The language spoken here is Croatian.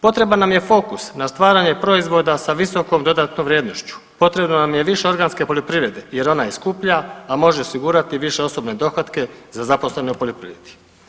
Potreban nam je fokus na stvaranje proizvoda sa visokom dodatnom vrijednošću, potrebno nam je više organske poljoprivrede jer ona je skuplja a može osigurati više osobne dohotke za zaposlene u poljoprivredi.